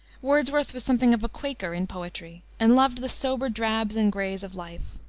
wordsworth was something of a quaker in poetry, and loved the sober drabs and grays of life.